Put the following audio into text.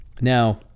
Now